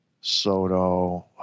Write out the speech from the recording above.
Soto